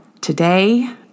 Today